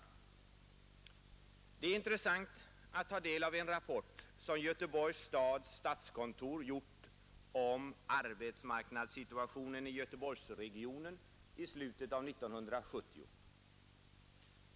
Det är sålunda intressant att ta del av en rapport som Göteborgs stadskontor gjort om arbetsmarknadssituationen i Göteborgsregionen i slutet av 1970.